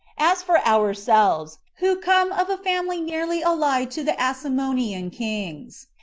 as for ourselves, who come of a family nearly allied to the asamonean kings,